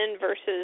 versus